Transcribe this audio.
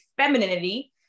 femininity